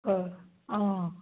অঁ অঁ